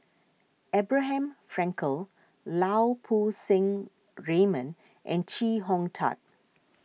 Abraham Frankel Lau Poo Seng Raymond and Chee Hong Tat